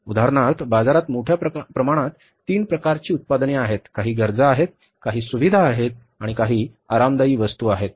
उदाहरणार्थ बाजारात मोठ्या प्रमाणात तीन प्रकारच्या उत्पादने आहेत काही गरजा आहेत काही सुविधा आहेत आणि काही आरामदायी वस्तू आहेत